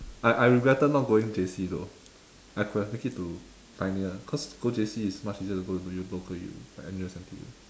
I I regretted not going J_C though I could have make it to pioneer cause go J_C is much easier to go to U local U like N_U_S N_T_U